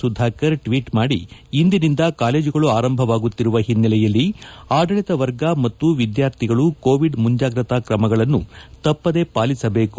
Sudhakar tweet ಮಾಡಿ ಇಂದಿನಿಂದ ಕಾಲೇಜುಗಳು ಆರಂಭವಾಗುತ್ತಿರುವ ಹಿನ್ನೆಲೆಯಲ್ಲಿ ಆಡಳಿತ ವರ್ಗ ಮತ್ತು ವಿದ್ಯಾರ್ಥಿಗಳು ಕೋವಿಡ್ ಮುಂಜಾಗ್ರತಾ ಕ್ರಮಗಳನ್ನು ತಪ್ಪದೇ ಪಾಲಿಸಬೇಕು